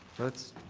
that's